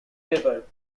paper